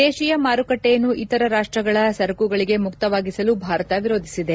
ದೇಶಿಯ ಮಾರುಕಟ್ನೆಯನ್ನು ಇತರ ರಾಷ್ಪಗಳ ಸರಕುಗಳಿಗೆ ಮುಕ್ತವಾಗಿಸಲು ಭಾರತ ವಿರೋಧಿಸಿದೆ